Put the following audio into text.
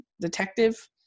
detective